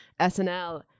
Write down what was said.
SNL